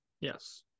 Yes